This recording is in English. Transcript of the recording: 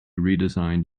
redesigned